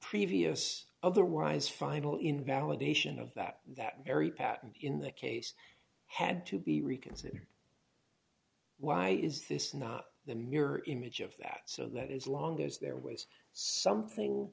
previous otherwise final invalidation of that that very patent in that case had to be reconsidered why is this not the mirror image of that so that as long as there are ways something